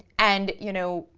and, you know,